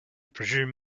presume